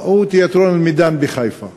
הוא תיאטרון "אל-מידאן" בחיפה,